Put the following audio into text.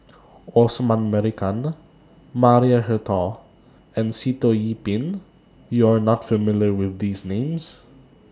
Osman Merican Maria Hertogh and Sitoh Yih Pin YOU Are not familiar with These Names